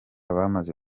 bamaze